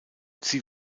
sie